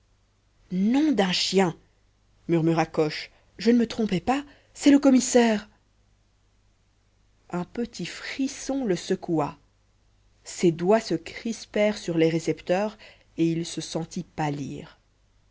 nom d'un chien murmura coche je ne me trompais pas c'est le commissaire un petit frisson le secoua ses doigts se crispèrent sur les récepteurs et il se sentit pâlir